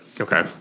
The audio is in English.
Okay